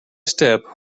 step